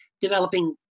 developing